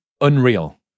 unreal